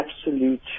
absolute